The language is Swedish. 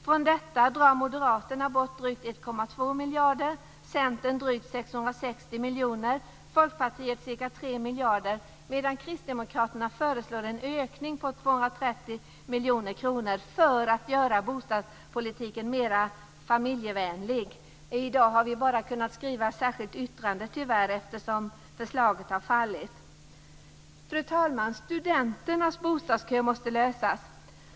Från detta drar Moderaterna bort drygt 1,2 miljarder, Centern drygt 660 miljoner och Folkpartiet ca 3 miljarder, medan Kristdemokraterna föreslår en ökning med 230 miljoner kronor för att göra bostadspolitiken mer familjevänlig. I dag har vi, tyvärr, bara ett särskilt yttrande eftersom förslaget har fallit. Fru talman! Frågan om studenternas bostadskö måste lösas.